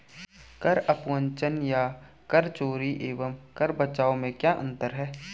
कर अपवंचन या कर चोरी एवं कर बचाव में क्या अंतर है?